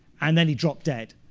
and then he dropped dead.